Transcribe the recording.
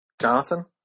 Jonathan